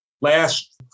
last